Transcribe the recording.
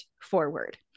forward